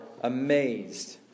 amazed